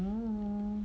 um